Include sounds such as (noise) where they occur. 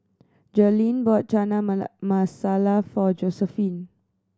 Jerilyn bought Chana (unintelligible) Masala for Josiephine